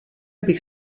bych